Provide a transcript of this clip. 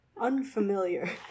Unfamiliar